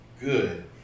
good